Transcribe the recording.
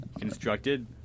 constructed